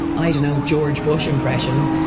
i don't know, george bush impression.